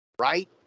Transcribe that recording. right